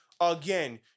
again